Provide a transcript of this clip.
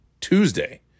Tuesday